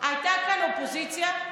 אתה כאן אופוזיציה?